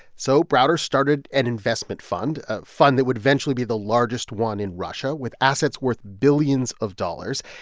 so browder started an investment fund, a fund that would eventually be the largest one in russia with assets worth billions of dollars.